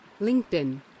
LinkedIn